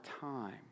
time